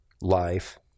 life